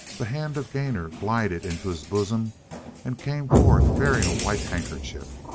the hand of gainor glided into his bosom and came forth bearing a white handkerchief.